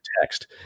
text